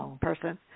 person